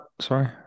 Sorry